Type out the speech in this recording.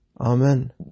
Amen